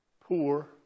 poor